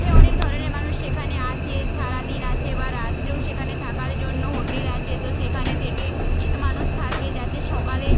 এ অনেক ধরনের মানুষ সেখানে আছে সারা দিন আছে বা রাত্রেও সেখানে থাকার জন্য হোটেল আছে তো সেখানে থেকে মানুষ থাকে যাতে সকালে